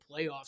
playoffs